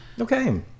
Okay